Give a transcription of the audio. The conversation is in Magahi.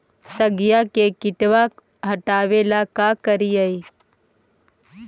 सगिया से किटवा हाटाबेला का कारिये?